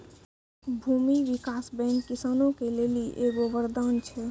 भूमी विकास बैंक किसानो के लेली एगो वरदान छै